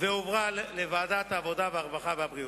והועברה לוועדת העבודה, הרווחה והבריאות.